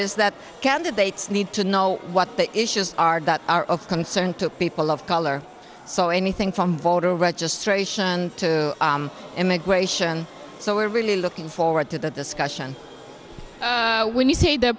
is that candidates need to know what the issues are that are of concern to people of color so anything from voter registration to immigration so we're really looking forward to that this question when you see the